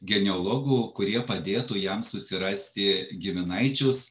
genealogų kurie padėtų jam susirasti giminaičius